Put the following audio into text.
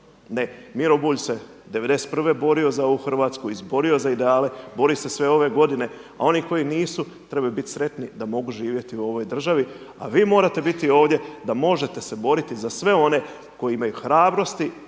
Ne. Miro Bulj se 91. borio za ovu Hrvatsku, izborio za ideale, bori se sve ove godine a oni koji nisu trebaju biti sretni da mogu živjeti u ovoj državi a vi morate biti ovdje da možete se boriti za sve one koji imaju hrabrosti